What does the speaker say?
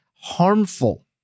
harmful